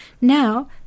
Now